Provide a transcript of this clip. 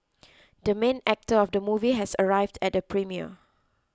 the main actor of the movie has arrived at the premiere